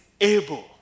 able